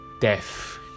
death